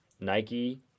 Nike